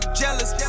jealous